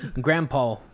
Grandpa